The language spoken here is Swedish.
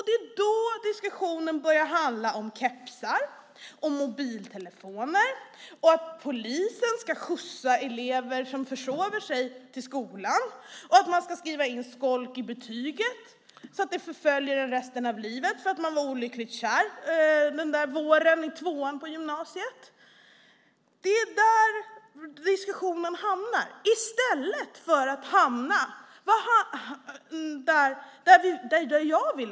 Det är då diskussionen börjar handla om kepsar och mobiltelefoner, att polisen ska skjutsa elever som försover sig till skolan och att man ska skriva in skolk i betyget - så att det förföljer dig resten av livet för att du var olyckligt kär på våren i tvåan på gymnasiet. Det är där diskussionen hamnar i stället för att hamna där jag vill.